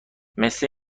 مثه